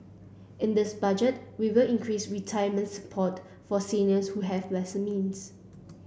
in this Budget we will increase retirement support for seniors who have lesser means